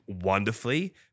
wonderfully